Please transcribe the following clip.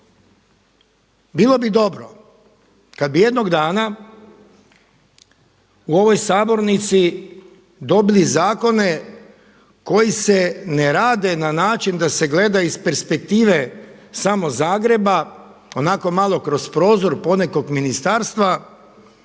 Bilo bi dobro kad bi jednog dana u ovoj sabornici dobili zakone koji se ne rade na način da se gleda iz perspektive samo Zagreba, onako malo kroz prozor ponekog ministarstva